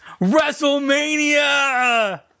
WrestleMania